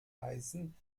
eisen